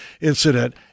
incident